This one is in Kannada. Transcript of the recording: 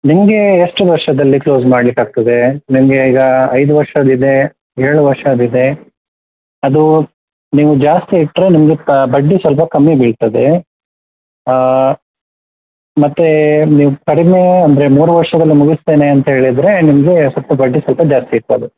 ನಿಮ್ಗೆ ಎಷ್ಟು ವರ್ಷದಲ್ಲಿ ಕ್ಲೋಸ್ ಮಾಡ್ಲಿಕ್ಕೆ ಆಗ್ತದೆ ನಿಮಗೆ ಈಗ ಐದು ವರ್ಷದ್ದು ಇದೆ ಏಳು ವರ್ಷದ್ದು ಇದೆ ಅದು ನೀವು ಜಾಸ್ತಿ ಇಟ್ಟರೆ ನಿಮಗೆ ಕ ಬಡ್ಡಿ ಸ್ವಲ್ಪ ಕಮ್ಮಿ ಬೀಳ್ತದೆ ಮತ್ತು ನೀವು ಕಡಿಮೆ ಅಂದರೆ ಮೂರು ವರ್ಷದಲ್ಲೇ ಮುಗಿಸ್ತೇನೆ ಅಂತ ಹೇಳಿದರೆ ನಿಮಗೆ ಸ್ವಲ್ಪ ಬಡ್ಡಿ ಸ್ವಲ್ಪ ಜಾಸ್ತಿ ಇರ್ತದೆ